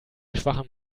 schwachem